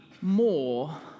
more